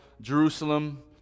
Jerusalem